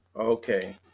okay